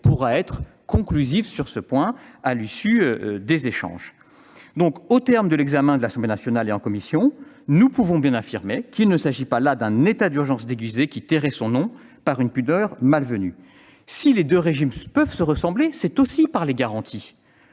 pourra être conclusive sur ce point à l'issue des débats. Au terme de l'examen de ce texte à l'Assemblée nationale et en commission, nous pouvons affirmer qu'il ne s'agit pas d'un état d'urgence déguisé, qui tairait son nom en vertu d'une pudeur mal venue. Si les deux régimes peuvent se ressembler, c'est aussi par les garanties